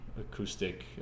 acoustic